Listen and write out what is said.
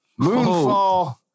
Moonfall